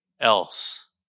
else